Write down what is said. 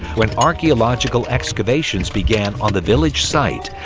when archaeological excavations began on the village site,